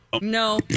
No